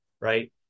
right